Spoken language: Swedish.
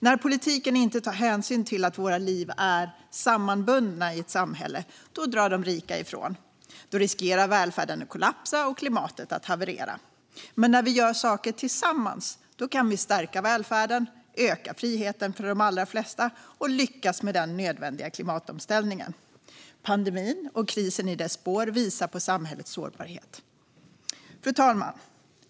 När politiken inte tar hänsyn till att våra liv är sammanbundna i ett samhälle drar de rika ifrån. Då riskerar välfärden att kollapsa och klimatet att haverera. Men när vi gör saker tillsammans kan vi stärka välfärden, öka friheten för de allra flesta och lyckas med den nödvändiga klimatomställningen. Pandemin och krisen i dess spår visar på samhällets sårbarhet. Fru talman!